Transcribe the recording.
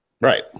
right